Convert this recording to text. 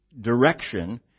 direction